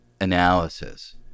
analysis